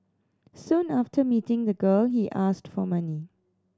soon after meeting the girl he asked for money